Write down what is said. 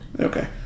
Okay